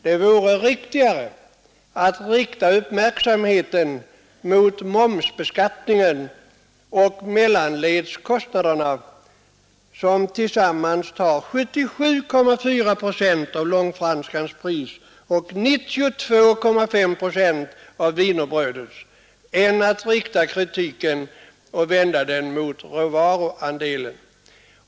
Därför vore det rimligare att rikta uppmärksamheten mot momsbeskattningen och mellanledskostnaderna, som tillsammans tar 77,4 procent av långfranskans pris och 92,5 procent av wienerbrödets, än att rikta kritiken mot råvaruandelen.